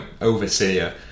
overseer